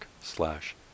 slash